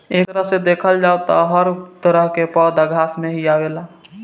एक तरह से देखल जाव त हर तरह के पौधा घास में ही आवेला